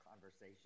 conversation